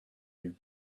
you